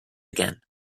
again